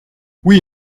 oui